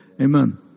Amen